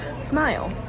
smile